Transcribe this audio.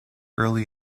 early